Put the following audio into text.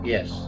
Yes।